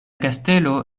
kastelo